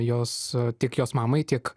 jos tik jos mamai tiek